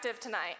tonight